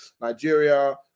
Nigeria